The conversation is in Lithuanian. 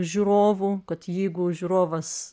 žiūrovų kad jeigu žiūrovas